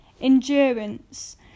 endurance